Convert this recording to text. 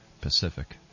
Pacific